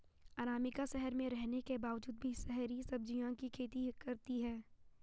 अनामिका शहर में रहने के बावजूद भी शहरी सब्जियों की खेती करती है